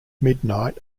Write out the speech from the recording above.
midnight